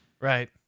Right